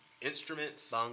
instruments